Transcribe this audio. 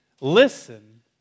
listen